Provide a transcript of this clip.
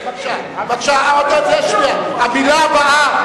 המלה הבאה,